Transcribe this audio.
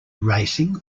racing